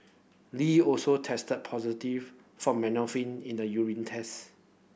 Lee also tested positive for in the urine test